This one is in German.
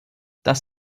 das